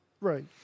Right